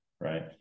right